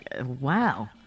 Wow